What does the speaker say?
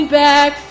back